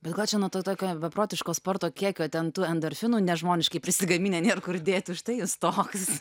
bet gal čia nuo to tokio beprotiško sporto kiekio ten tų endorfinų nežmoniškai prisigaminę nėr kur dėt užtai jūs toks